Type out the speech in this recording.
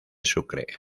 sucre